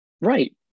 Right